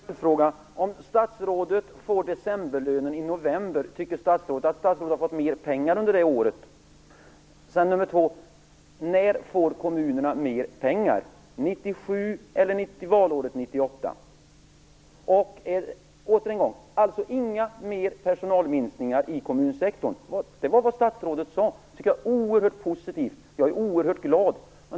Fru talman! Om statsrådet får decemberlönen i november, tycker statsrådet att han fått mer pengar under det året? När får kommunerna mer pengar - 1997 eller valåret 1998? Inga fler personalminskningar i kommunsektorn, säger statsrådet. Det är oerhört positivt. Jag är oerhört glad.